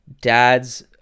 dad's